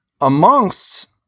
amongst